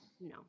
no